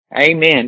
amen